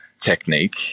technique